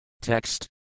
Text